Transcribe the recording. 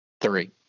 three